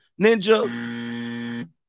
Ninja